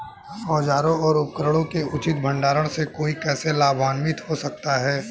औजारों और उपकरणों के उचित भंडारण से कोई कैसे लाभान्वित हो सकता है?